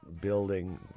building